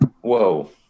Whoa